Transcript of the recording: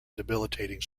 debilitating